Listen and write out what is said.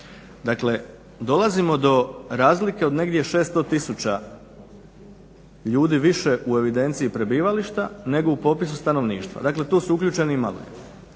Dakle, dolazimo do razlike od negdje 600 tisuća ljudi više u evidenciji prebivališta nego u popisu stanovništva. Dakle, tu su uključeni i